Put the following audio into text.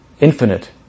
infinite